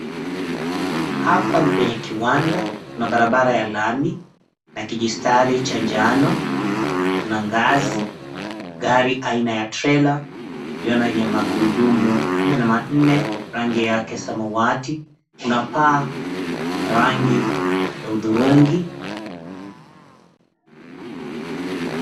Hapa ni kwenye kiwanda, kuna barabara ya lami na kijistari cha njano, kuna ngazi, gari aina ya trela, ilio na magurudumu kumi na manne rangi yake samawati, kuna paa ya rangi ya hudhurungi.